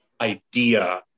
idea